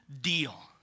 deal